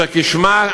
אשר כשמה,